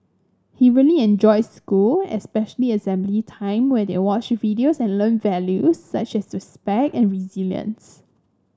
he really enjoys school especially assembly time where they watch videos and learn values such as respect and resilience